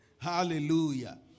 Hallelujah